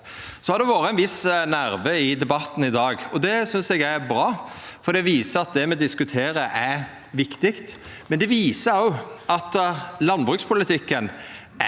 Det har vore ein viss nerve i debatten i dag. Det synest eg er bra, for det viser at det me diskuterer, er viktig, men det viser òg at landbrukspolitikken er